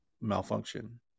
malfunction